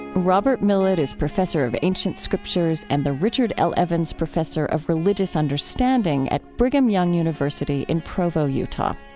robert millet is professor of ancient scriptures and the richard l. evans professor of religious understanding at brigham young university in provo, utah.